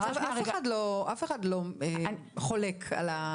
אין חולק על כך.